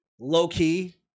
low-key